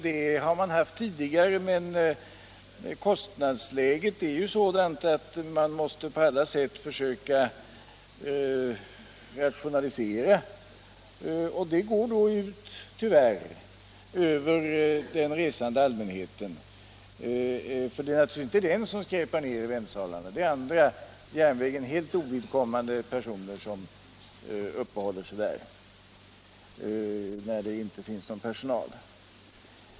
Det har man ju haft tidigare, men då kostnadsläget är sådant att man på alla sätt måste försöka att rationalisera går detta tyvärr ut över den resande allmänheten. Och det är naturligtvis inte den som skräpar ner i väntsalarna, utan det är andra SJ helt ovidkommande personer som uppehåller sig där när det inte finns någon personal.